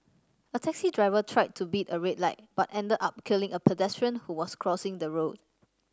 a taxi driver tried to beat a red light but ended up killing a pedestrian who was crossing the road